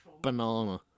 banana